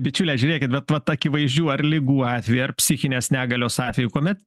bičiule žiūrėkit bet vat akivaizdžių ar ligų atvejai ar psichinės negalios atvejų kuomet